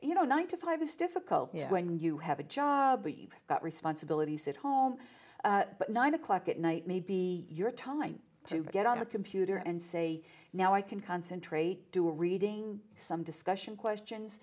you know nine to five is difficult when you have a job but you've got responsibilities at home at nine o'clock at night may be your time to get on a computer and say now i can concentrate do reading some discussion questions